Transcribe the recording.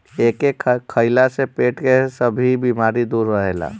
एके खइला से पेट के भी सब बेमारी दूर रहेला